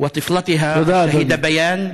התשיעי ולבתה השהידה ביאן.